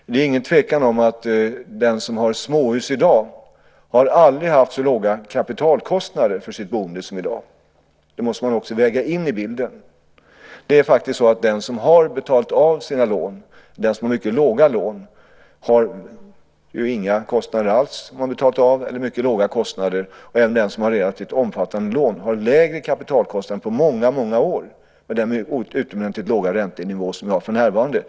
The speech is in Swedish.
Det råder ingen tvekan om att den som i dag har ett småhus aldrig har haft så låga kapitalkostnader för sitt boende som nu. Det måste man också väga in i bilden. Det är faktiskt så att den som har betalat av sina lån och den som har mycket låga lån inte har några kostnader alls eller mycket låga kostnader. Även den som har relativt omfattande lån har lägre kapitalkostnader än som varit fallet på många många år genom den utomordentligt låga räntenivå som vi för närvarande har.